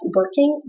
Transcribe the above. working